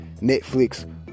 netflix